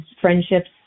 friendships